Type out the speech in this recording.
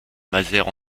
mazères